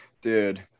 Dude